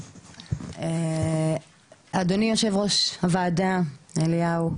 אדוני יושב-ראש הוועדה אליהו,